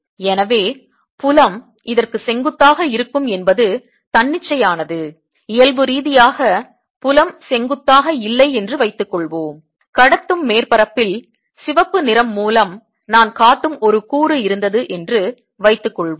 எனவே புலம் இதற்கு செங்குத்தாக இருக்கும் என்பது தன்னிச்சையானது இயல்பு ரீதியாக புலம் செங்குத்தாக இல்லை என்று வைத்துக்கொள்வோம் கடத்தும் மேற்பரப்பில் சிவப்பு நிறம் மூலம் நான் காட்டும் ஒரு கூறு இருந்தது என்று வைத்துக் கொள்வோம்